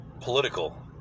political